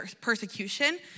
persecution